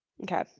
okay